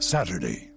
Saturday